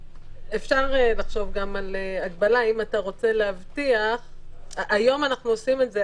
אפשר לחשוב גם על הגבלה אם אתה רוצה להבטיח היום אנחנו עושים את זה,